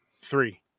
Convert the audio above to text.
Three